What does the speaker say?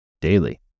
daily